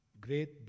Great